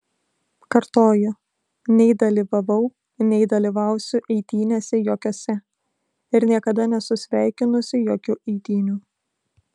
kartoju nei dalyvavau nei dalyvausiu eitynėse jokiose ir niekada nesu sveikinusi jokių eitynių